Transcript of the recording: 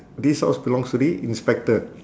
this house belongs to the inspector